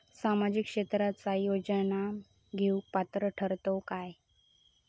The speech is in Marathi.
सामाजिक क्षेत्राच्या योजना घेवुक पात्र ठरतव काय?